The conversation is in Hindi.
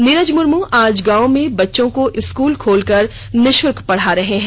नीरज मुर्म आज गांव में बच्चों को स्कूल खोलकर निःशुल्क पढ़ा रहे है